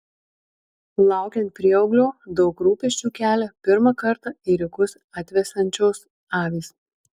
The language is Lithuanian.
laukiant prieauglio daug rūpesčių kelia pirmą kartą ėriukus atvesiančios avys